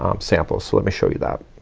um sample. so let me show you that.